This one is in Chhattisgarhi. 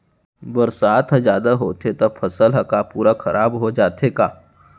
बरसात ह जादा होथे त फसल ह का पूरा खराब हो जाथे का?